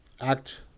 Act